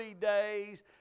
days